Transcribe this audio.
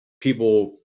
people